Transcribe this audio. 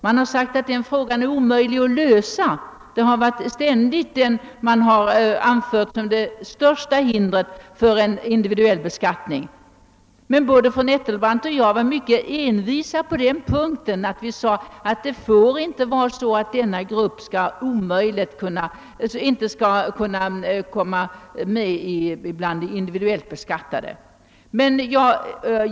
Man har ständigt sagt att frågan är omöjlig att lösa och man har anfört den som det största hindret för en individuell beskattning. Men både fru Nettelbrandt och jag var mycket envisa på denna punkt; det får inte vara så att denna grupp inte får komma med bland de individuellt beskattade.